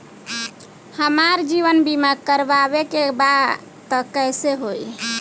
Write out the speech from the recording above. हमार जीवन बीमा करवावे के बा त कैसे होई?